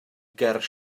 ger